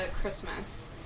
Christmas